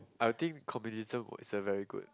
I'll think communism was a very good